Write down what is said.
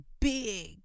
big